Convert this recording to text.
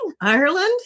Ireland